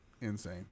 insane